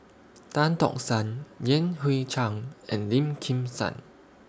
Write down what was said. Tan Tock San Yan Hui Chang and Lim Kim San